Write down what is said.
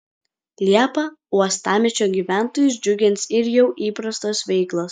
liepą uostamiesčio gyventojus džiugins ir jau įprastos veiklos